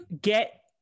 get